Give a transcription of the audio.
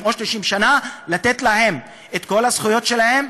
או 30 שנה ולתת להם את כל הזכויות שלהם,